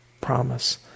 promise